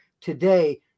today